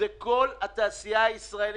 זו כל התעשייה הישראלית.